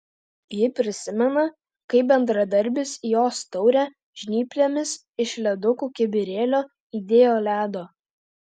ji prisimena kaip bendradarbis į jos taurę žnyplėmis iš ledukų kibirėlio įdėjo ledo